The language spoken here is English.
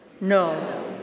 No